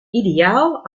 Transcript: ideaal